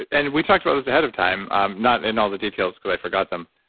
and we talked about this ahead of time. um not in all the details because i forgot them,